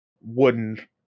wooden